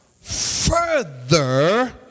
Further